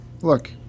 Look